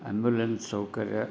ambulance ಸೌಕರ್ಯ